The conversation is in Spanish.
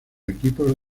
equipos